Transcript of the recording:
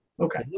Okay